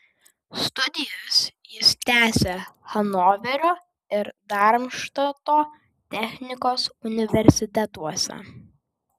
studijas jis tęsė hanoverio ir darmštato technikos universitetuose